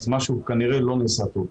אז משהו כנראה לא נעשה טוב.